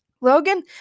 Logan